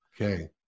Okay